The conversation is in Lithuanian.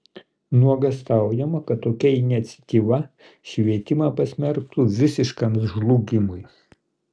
nuogąstaujama kad tokia iniciatyva švietimą pasmerktų visiškam žlugimui